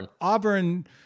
Auburn